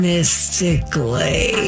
Mystically